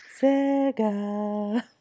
Sega